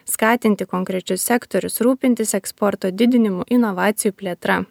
skatinti konkrečius sektorius rūpintis eksporto didinimu inovacijų plėtra